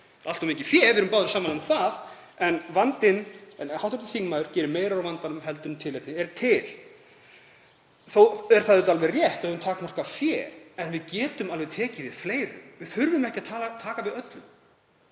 Allt of mikið fé, við erum báðir sammála um það. En hv. þingmaður gerir meira úr vandanum en tilefni er til. Þó er það auðvitað alveg rétt að við höfum takmarkað fé en við getum alveg tekið við fleirum. Við þurfum ekki að taka við öllum,